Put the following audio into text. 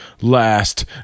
last